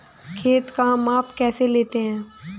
खेत का माप कैसे लेते हैं?